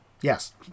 Yes